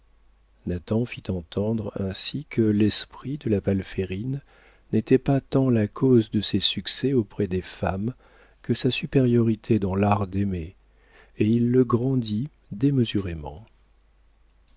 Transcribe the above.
nathan fit entendre ainsi que l'esprit de la palférine n'était pas tant la cause de ses succès auprès des femmes que sa supériorité dans l'art d'aimer et il le grandit démesurément